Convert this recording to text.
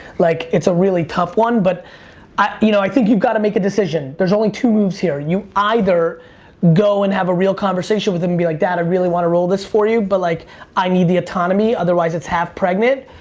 like it's a really tough one, but i you know i think you've got to make a decision. there's only two moves here. you either go and have a real conversation with him, be like, dad, i really want to roll this for you, but like i need this autonomy, otherwise it's half-pregnant,